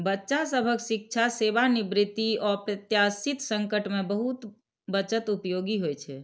बच्चा सभक शिक्षा, सेवानिवृत्ति, अप्रत्याशित संकट मे बचत बहुत उपयोगी होइ छै